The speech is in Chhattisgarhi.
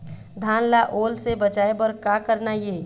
धान ला ओल से बचाए बर का करना ये?